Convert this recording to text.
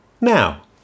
Now